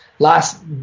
Last